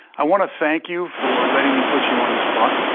i want to thank you for letting me put you on the spot.